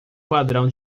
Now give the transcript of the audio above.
padrão